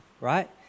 right